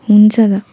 हुन्छ त